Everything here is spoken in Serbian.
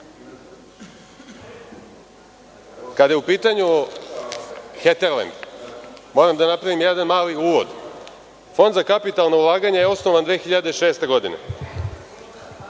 kada je u pitanju „Heterlend“, moram da napravim jedan mali uvod, Fond za kapitalno ulaganje je osnovan 2006. godine.